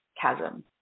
chasm